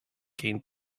gained